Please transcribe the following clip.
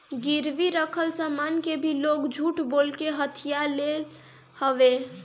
गिरवी रखल सामान के भी लोग झूठ बोल के हथिया लेत हवे